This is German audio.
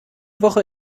woche